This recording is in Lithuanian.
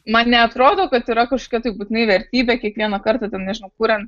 man neatrodo kad yra kažkia tai būtinai vertybė kiekvieną kartą ten nežinau kuriant